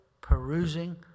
perusing